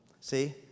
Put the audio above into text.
See